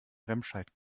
remscheid